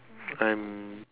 I'm